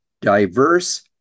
diverse